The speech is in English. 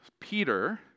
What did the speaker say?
Peter